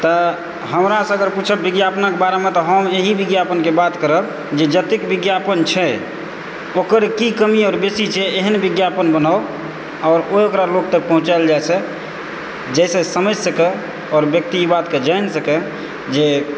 तऽ हमरासँ अगर पूछब विज्ञापनके बारेमे तऽ हम एहि विज्ञापनके बात करब जे जतेक विज्ञापन छै ओकर की कमी आओर बेसी छै एहन विज्ञापन बनाउ आओर ओकरा ओहि लोक तक पहुँचायल जाइ जाहिसँ समझि सकै आओर व्यक्ति एहि बातकेँ जानि सकै जे